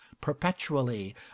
perpetually